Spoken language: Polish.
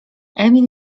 emil